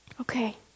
Okay